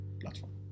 platform